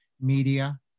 media